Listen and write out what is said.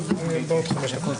הישיבה ננעלה בשעה 11:35.